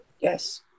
Yes